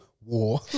War